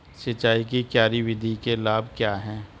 सिंचाई की क्यारी विधि के लाभ क्या हैं?